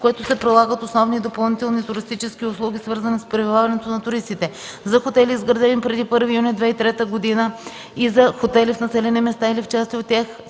която се предлагат основни и допълнителни туристически услуги, свързани с пребиваването на туристите. За хотели, изградени преди 1 юни 2003 г., и за хотели в населени места или в части от тях